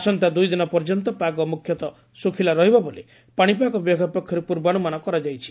ଆସନ୍ତା ଦୁଇଦିନ ପର୍ଯ୍ୟନ୍ତ ପାଗ ମୁଖ୍ୟତଃ ଶୁଖ୍ଠଲା ରହିବ ବୋଲି ପାଣିପାଗ ବିଭାଗ ପକ୍ଷରୁ ପୂର୍ବାନୁମାନ କରାଯାଇଛି